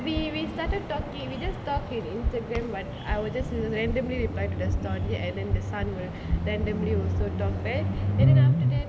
we we started talking we just talked on Instagram but I will just randomly reply to the story and then the sun will then the moon will talk back and then after that